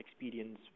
experience